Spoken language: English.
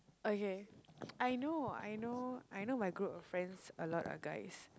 okay I know I know I know my group of friends a lot of guys